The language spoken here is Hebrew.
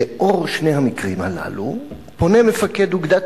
לנוכח שני המקרים הללו פונה מפקד אוגדת